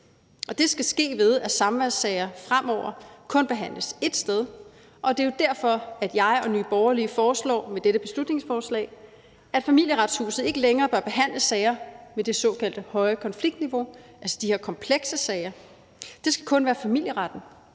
Det skal ske, ved at samværssager fremover kun behandles ét sted. Det er jo derfor, at jeg og Nye Borgerlige med dette beslutningsforslag foreslår, at Familieretshuset ikke længere bør behandle sager med det såkaldte høje konfliktniveau, altså de her komplekse sager. Det skal kun være familieretten,